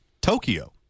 Tokyo